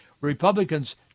Republicans